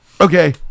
Okay